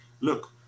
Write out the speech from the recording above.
look